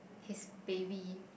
his baby